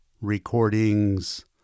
Recordings